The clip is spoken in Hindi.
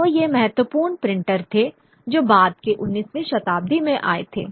तो ये महत्वपूर्ण प्रिंटर थे जो बाद के 19वीं शताब्दी में आए थे